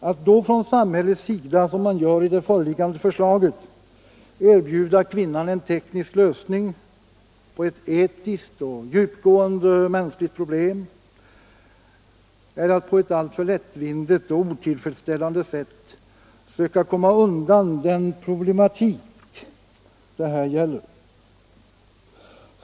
Att då från samhällets sida, som man gör i det föreliggande förslaget, erbjuda kvinnan en teknisk lösning på ett etiskt och djupgående mänskligt problem är att på ett alltför lättvindigt och otillfredsställande sätt försöka komma undan den problematik det här gäller.